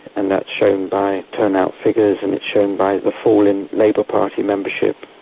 and that's shown by turnout figures and it's shown by the fall in labour party membership,